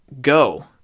go